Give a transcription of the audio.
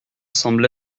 semble